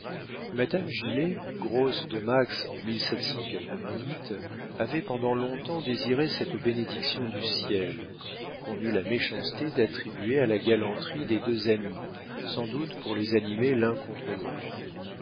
madame gilet grosse de max en avait pendant long-temps désiré cette bénédiction du ciel qu'on eut la méchanceté d'attribuer à la galanterie des deux amis sans doute pour les animer l'un contre l'autre